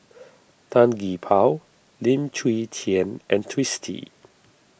Tan Gee Paw Lim Chwee Chian and Twisstii